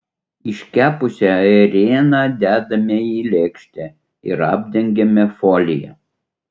iškepusią ėrieną dedame į lėkštę ir apdengiame folija